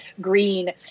green